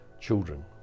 children